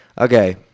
Okay